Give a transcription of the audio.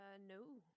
No